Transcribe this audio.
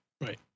Right